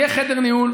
יהיה חדר ניהול,